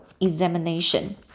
examination